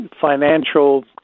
financial